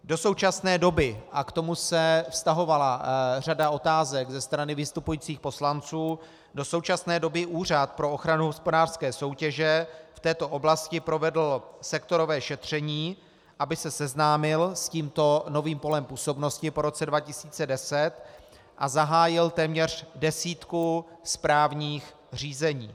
Do současné doby, a k tomu se vztahovala řada otázek ze strany vystupujících poslanců, do současné doby Úřad pro ochranu hospodářské soutěže v této oblasti provedl sektorové šetření, aby se seznámil s tímto novým polem působnosti po roce 2010, a zahájil téměř desítku správních řízení.